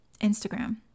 Instagram